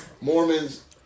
Mormons